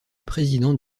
président